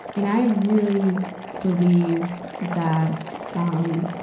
and i really believe that, um,